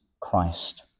Christ